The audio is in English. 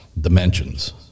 Dimensions